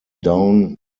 down